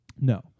No